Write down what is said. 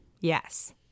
Yes